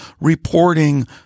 reporting